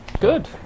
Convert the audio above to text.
good